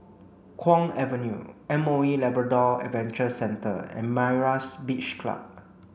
Kwong Avenue M O E Labrador Adventure Centre and Myra's Beach Club